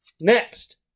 Next